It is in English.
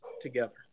together